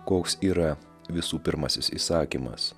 koks yra visų pirmasis įsakymas